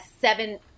seven